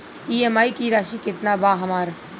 EMI की राशि केतना बा हमर?